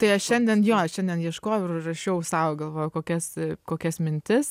tai aš šiandien jo šiandien ieškojau ir rašiau sau galvojau kokias kokias mintis